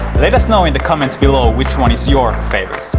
let us know in the comments below which one is your favorite!